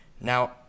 Now